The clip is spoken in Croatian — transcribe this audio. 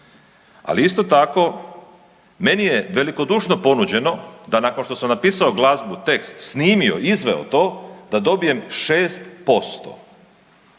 Ali, isto tako, meni je velikodušno ponuđeno da nakon što sam napisao glazbu, tekst, snimio, izveo to da dobijem 6%.